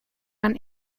dann